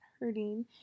hurting